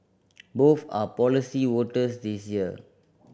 both are policy voters this year